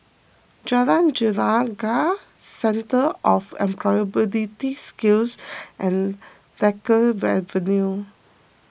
Jalan Gelegar Centre for Employability Skills and Drake Avenue